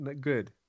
good